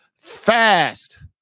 Fast